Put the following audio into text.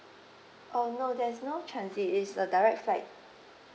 uh no there is no transit it's a direct flight